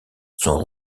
sont